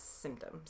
symptoms